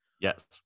yes